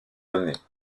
années